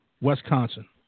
Wisconsin